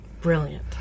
Brilliant